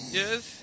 yes